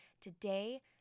today